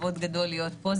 כבוד גדול להיות פה,